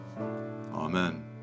Amen